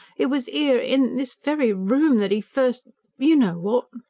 it was ere, in this very room, that e first you know what!